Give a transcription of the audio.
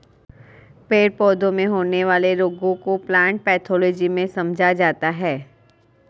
पेड़ पौधों में होने वाले रोगों को प्लांट पैथोलॉजी में समझा जाता है